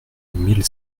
mille